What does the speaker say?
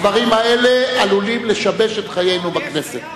הדברים האלה עלולים לשבש את חיינו בכנסת.